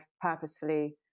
purposefully